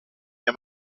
mia